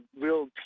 real